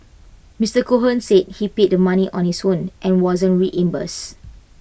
Mister Cohen says he paid the money on his own and wasn't reimbursed